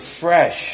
fresh